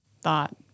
thought